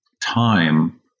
time